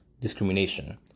discrimination